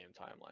timeline